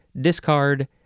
discard